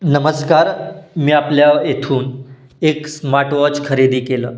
नमस्कार मी आपल्या इथून एक स्मार्टवॉच खरेदी केलं